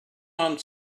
armed